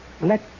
let